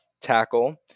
tackle